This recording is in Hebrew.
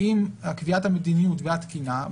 האם קביעת המדיניות והתקינה,